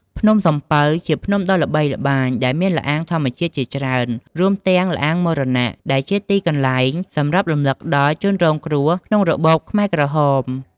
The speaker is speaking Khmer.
ភ្នំសំពៅ ជាភ្នំដ៏ល្បីល្បាញដែលមានល្អាងធម្មជាតិជាច្រើន រួមទាំង ល្អាងមរណៈ ដែលជាទីកន្លែងសម្រាប់រំលឹកដល់ជនរងគ្រោះក្នុងរបបខ្មែរក្រហម។